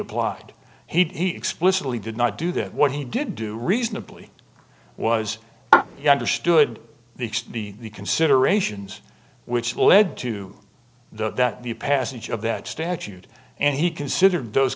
applied he explicitly did not do that what he did do reasonably was yonder stood the considerations which led to the the passage of that statute and he considered those